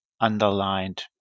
underlined